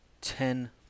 ten